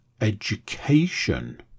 education